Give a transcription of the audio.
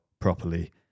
properly